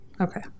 okay